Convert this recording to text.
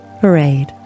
Parade